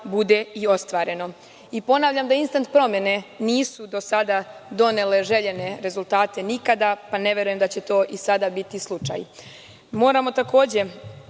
bude i ostvareno i ponavljam da instant promene nisu do sada donele željene rezultate nikada, pa ne verujem da će to i sada biti slučaj. Moramo takođe